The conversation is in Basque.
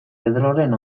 pedroren